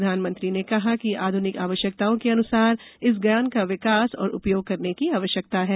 प्रधानमंत्री ने कहा कि आधुनिक आवश्यकताओं के अनुसार इस ज्ञान का विकास और उपयोग करने की आवश्यकता है